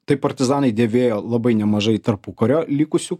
tai partizanai dėvėjo labai nemažai tarpukario likusių